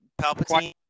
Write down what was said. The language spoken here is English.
Palpatine